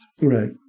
Right